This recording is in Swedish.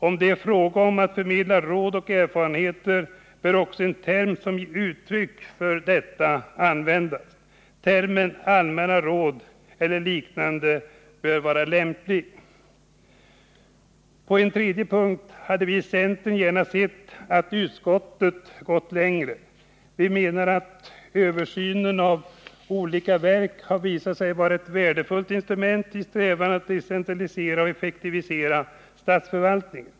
Om det är fråga om att förmedla råd och erfarenheter bör också en term som ger uttryck för detta användas. Termen allmänna råd eller liknande bör vara lämplig. På en tredje punkt hade vi i centern gärna sett att utskottet gått längre. Vi menar att översyn av olika verk har visat sig vara ett värdefullt instrument i strävandena att decentralisera och effektivisera statsförvaltningen.